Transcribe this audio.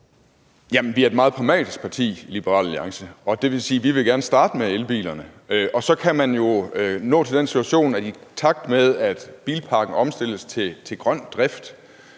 er et meget pragmatisk parti, og det vil sige, at vi gerne vil starte med elbilerne, og så kan man jo nå til den situation, at i takt med at bilparken omstilles til grøn drift,